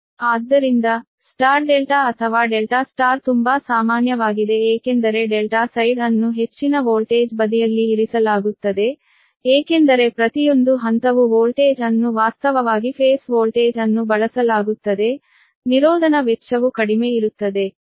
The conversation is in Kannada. ಆದ್ದರಿಂದ ಸ್ಟಾರ್ ಡೆಲ್ಟಾ ಅಥವಾ ಡೆಲ್ಟಾ ಸ್ಟಾರ್ ತುಂಬಾ ಸಾಮಾನ್ಯವಾಗಿದೆ ಏಕೆಂದರೆ ಡೆಲ್ಟಾ ಸೈಡ್ ಅನ್ನು ಹೆಚ್ಚಿನ ವೋಲ್ಟೇಜ್ ಬದಿಯಲ್ಲಿ ಇರಿಸಲಾಗುತ್ತದೆ ಏಕೆಂದರೆ ಪ್ರತಿಯೊಂದು ಹಂತವು ವೋಲ್ಟೇಜ್ ಅನ್ನು ವಾಸ್ತವವಾಗಿ ಫೇಸ್ ವೋಲ್ಟೇಜ್ ಅನ್ನು ಬಳಸಲಾಗುತ್ತದೆ ನಿರೋಧನ ವೆಚ್ಚವು ಕಡಿಮೆ ಇರುತ್ತದೆ